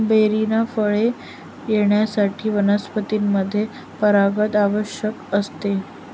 बेरींना फळे येण्यासाठी वनस्पतींमध्ये परागण आवश्यक असते